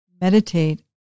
meditate